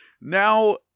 now